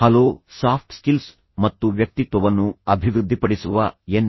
hello soft skills ಮತ್ತು ವ್ಯಕ್ತಿತ್ವವನ್ನು ಅಭಿವೃದ್ಧಿಪಡಿಸುವ ಎನ್